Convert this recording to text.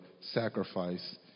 sacrifice